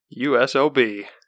USOB